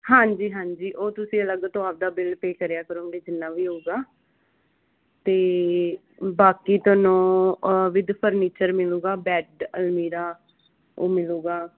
ਹਾਂਜੀ ਹਾਂਜੀ ਉਹ ਤੁਸੀਂ ਅਲੱਗ ਤੋਂ ਆਪਦਾ ਬਿੱਲ ਪੇ ਕਰਿਆ ਕਰੋਗੇ ਜਿੰਨਾ ਵੀ ਹੋਊਗਾ ਤੇ ਬਾਕੀ ਤੁਹਾਨੂੰ ਵਿਦ ਫਰਨੀਚਰ ਮਿਲੂਗਾ ਬੈਡ ਅਲਮੀਰਾ ਉਹ ਮਿਲੂਗਾ